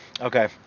Okay